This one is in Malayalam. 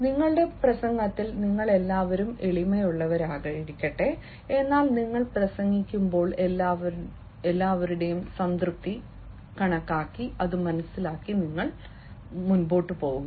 നിങ്ങളുടെ പ്രസംഗത്തിൽ നിങ്ങൾ എല്ലാവരും എളിമയുള്ളവരാകട്ടെ എന്നാൽ നിങ്ങൾ പ്രസംഗിക്കുമ്പോൾ എല്ലാവരുടെയും സംതൃപ്തി നൽകുക